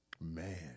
man